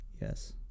Yes